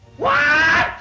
why